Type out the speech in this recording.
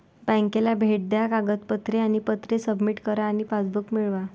बँकेला भेट द्या कागदपत्रे आणि पत्रे सबमिट करा आणि पासबुक मिळवा